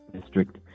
district